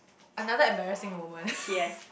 another embarrassing moment